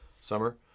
summer